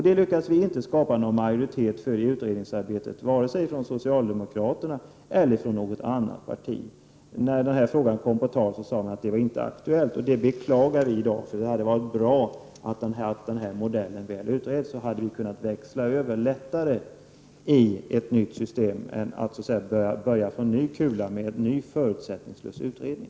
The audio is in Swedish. Det lyckades vi inte skapa någon majoritet för i utredningsarbetet, vare sig hos socialdemokraterna eller något annat parti. När den här frågan kom på tal sade man att det inte var aktuellt. Det beklagar vi i dag. Det hade varit bra att få den här modellen utredd. Det hade varit lät tare att växla över i ett nytt system än att behöva börja på ny kula med en ny förutsättningslös utredning.